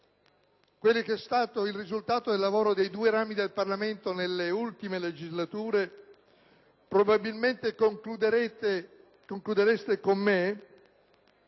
farlo - il risultato del lavoro dei due rami del Parlamento nelle ultime legislature, probabilmente concludereste con me